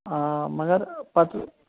آ مَگر پَتہٕ